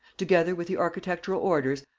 together with the architectural orders,